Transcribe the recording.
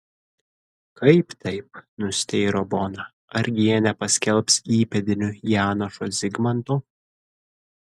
kaip tai nustėro bona argi jie nepaskelbs įpėdiniu janošo zigmanto